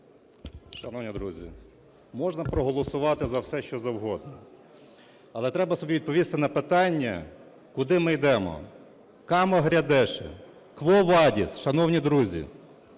Шановні друзі! Можна проголосувати за все, що завгодно, але треба собі відповісти на питання, куди ми йдемо, "Камо грядеши?", "Quo vadis", шановні друзі!